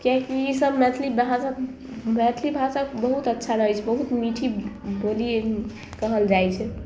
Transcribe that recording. किएकि ईसब मैथिली भाषा मैथिली भाषा बहुत अच्छा लागै छै बहुत मीठी बोली कहल जाइ छै